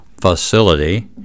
facility